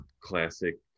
classic